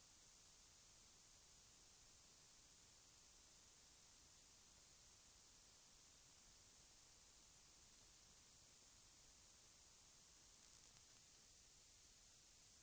hade tre barn vilka, om hon hade fortsatt sitt arbete, skulle ha varit på barnstuga. Samhällets kostnader för ett barn motsvarar ungefär den skatt som denna lärare skulle betala om hon arbetade. Nu stannade hon hemma och skötte tre barn. Helt naturligt frågade hon: Hur värderar samhället det arbete jag utför när jag stannar hemma?